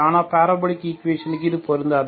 ஆனால் பாரபோலிக் ஈக்குவேஷனுக்கு இது பொருந்தாது